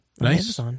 Nice